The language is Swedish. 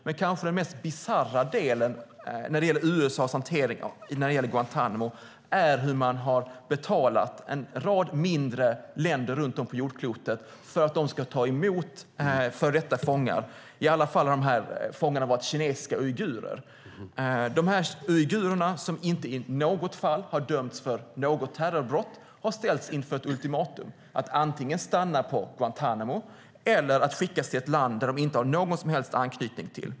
Den kanske mest bisarra delen i USA:s hantering av Guantánamo är att man betalat en rad mindre länder runt om i världen för att de ska ta emot före detta fångar, i alla fall de kinesiska uigurer som varit fångar. Uigurerna, som inte i något fall dömts för terrorbrott, har ställts inför ultimatumet att antingen stanna på Guantánamo eller skickas till ett land som de inte har någon som helst anknytning till.